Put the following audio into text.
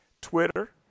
Twitter